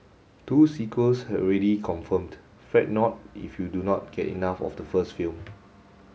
two sequels already confirmed Fret not if you do not get enough of the first film